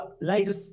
light